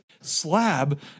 Slab